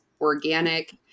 organic